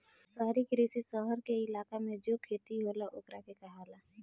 शहरी कृषि, शहर के इलाका मे जो खेती होला ओकरा के कहाला